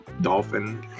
dolphin